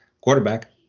quarterback